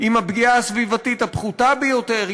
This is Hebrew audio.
עם הפגיעה הסביבתית הפחותה ביותר,